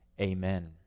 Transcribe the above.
amen